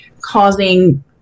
causing